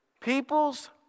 People's